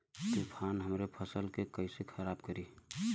तूफान हमरे फसल के कइसे खराब करी?